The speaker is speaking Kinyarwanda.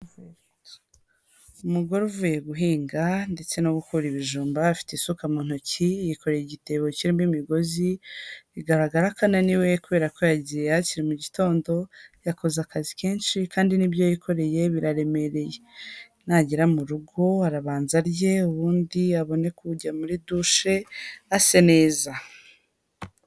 Umugore uvuye guhinga ndetse no gukura ibijumba afite isuka mu ntoki yikoreye igitebo kirimo imigozi, bigaragara ko ananiwe kubera ko yagiye hakiri mu gitondo yakoze akazi kenshi kandi n'ibyo yikoreye biraremereye. Nagera mu rugo arabanza arye, ubundi abone kujya muri dushe ase neza.